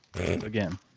Again